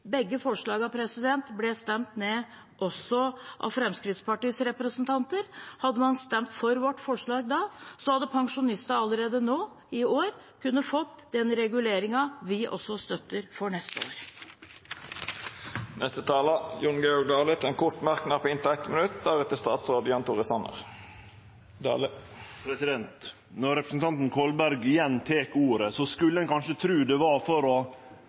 Begge forslagene ble stemt ned, også av Fremskrittspartiets representanter. Hadde man stemt for vårt forslag da, hadde pensjonistene allerede nå i år kunnet få den reguleringen vi også støtter for neste år. Representanten Jon Georg Dale har hatt ordet to gonger tidlegare og får ordet til ein kort merknad, avgrensa til 1 minutt. Når representanten Kolberg igjen tek ordet, skulle ein kanskje tru det var for